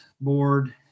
board